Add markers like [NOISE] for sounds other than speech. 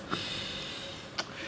[NOISE]